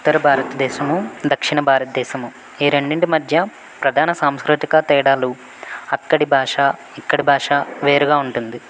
ఉత్తర భారతదేశం దక్షిణ భారతదేశము ఈ రెండింటి మధ్య ప్రధాన సాంస్కృతిక తేడాలు అక్కడి భాష ఇక్కడి భాష వేరుగా ఉంటుంది